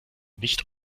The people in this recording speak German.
nicht